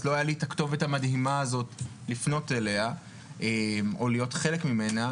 אז לא הייתה לי הכתובת המדהימה הזאת לפנות אליה או להיות חלק ממנה,